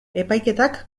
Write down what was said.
epaiketak